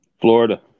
Florida